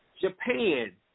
Japan